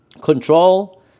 Control